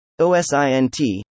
OSINT